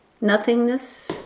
nothingness